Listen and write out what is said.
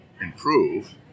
improve